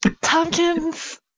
Tompkins